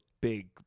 big